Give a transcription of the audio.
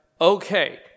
Okay